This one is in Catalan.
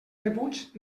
rebuts